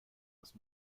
das